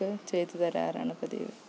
ചെയ്തു തരാറാണ് പതിവ്